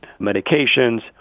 medications